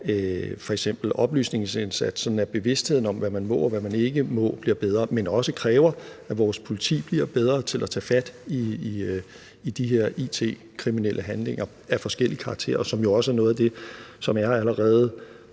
f.eks. også oplysningsindsats, sådan at bevidstheden om, hvad man må og ikke må, bliver bedre. Men det kræver også, at vores politi bliver bedre til at tage fat i de her it-kriminelle handlinger af forskellig karakter. Det er jo også noget af det, som allerede